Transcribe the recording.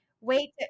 wait